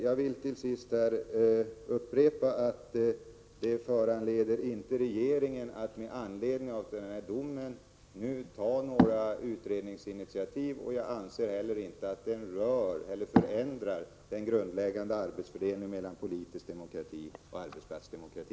Jag vill till sist upprepa att regeringen inte med anledning av denna dom kommer att nu ta några utredningsinitiativ. Jag anser inte heller att den rör eller förändrar den grundläggande arbetsfördelningen mellan politisk demokrati och arbetsplatsdemokrati.